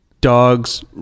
dogs